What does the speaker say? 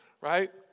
Right